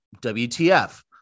WTF